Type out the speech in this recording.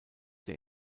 der